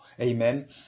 Amen